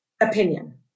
opinion